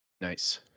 Nice